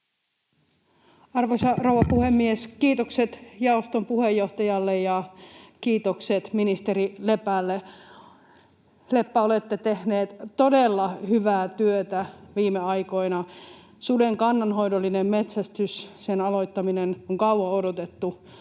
Arvoisa rouva puhemies! Kiitokset jaoston puheenjohtajalle ja kiitokset ministeri Lepälle. Leppä, olette tehnyt todella hyvää työtä viime aikoina. Suden kannanhoidollinen metsästys, sen aloittaminen, on kauan odotettu